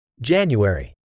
January